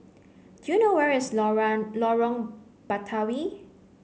do you know where is Lorong Lorong Batawi